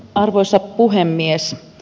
arvoisa puhemies